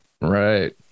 Right